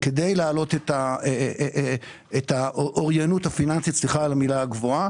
וזאת כדי להעלות את האוריינות הפיננסית סליחה על המילה הגבוהה